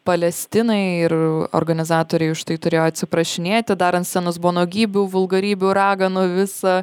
palestinai ir organizatoriai už tai turėjo atsiprašinėti dar ant scenos buvo nuogybių vulgarybių raganų visa